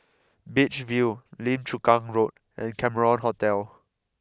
Beach View Lim Chu Kang Road and Cameron Hotel